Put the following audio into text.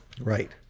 Right